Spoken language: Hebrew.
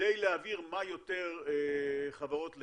כדי להעביר כמה שיותר חברות לגז,